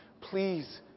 please